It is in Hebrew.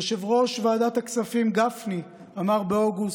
יושב-ראש ועדת הכספים גפני אמר באוגוסט: